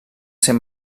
ser